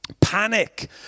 panic